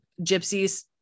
gypsies